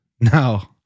no